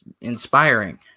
inspiring